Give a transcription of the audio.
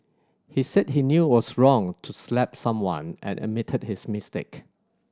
he said he knew was wrong to slap someone and admitted his mistake